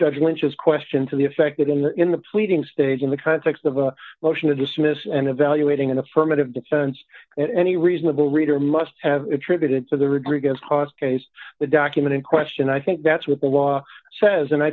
judge lynch's question to the effect that in the in the pleading stage in the context of a motion to dismiss and evaluating an affirmative defense that any reasonable reader must have attributed to the rodrigo's cause case the document in question i think that's what the law says and i